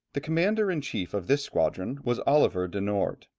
the commander-in-chief of this squadron was oliver de noort,